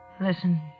Listen